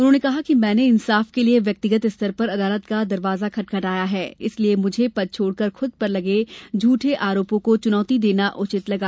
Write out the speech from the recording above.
उन्होंने कहा है कि मैने इंसाफ के लिये व्यक्तिगत स्तर पर अदालत का दरवाजा खटखटाया है इसलिये मुझे पद छोड़कर खुद पर लगे झूठे आरोपों को चुनौती देना उचित लगा